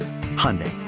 Hyundai